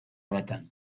honetan